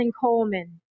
Coleman